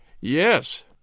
Yes